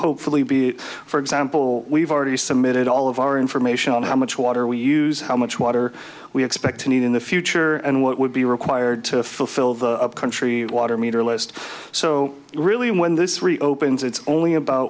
hopefully be for example we've already submitted all of our information on how much water we use how much water we expect to need in the future and what would be required to fulfill the country water meter list so really when this really opens it's only about